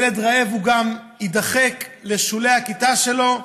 ילד רעב גם יידחק לשולי הכיתה שלו,